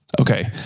Okay